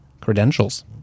credentials